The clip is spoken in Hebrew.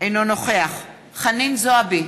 אינו נוכח חנין זועבי,